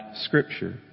Scripture